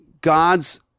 God's